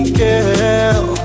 girl